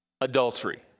Adultery